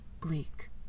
bleak